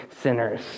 sinners